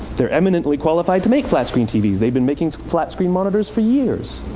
they're eminently qualified to make flat-screen tvs. they've been making flat-screen monitors for years.